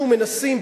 אנחנו מנסים,